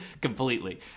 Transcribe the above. completely